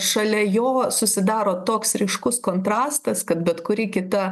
šalia jo susidaro toks ryškus kontrastas kad bet kuri kita